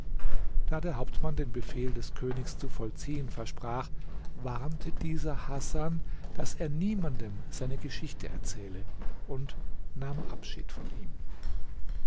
da der hauptmann den befehl des königs zu vollziehen versprach warnte dieser hasan daß er niemandem seine geschichte erzähle und nahm abschied von ihm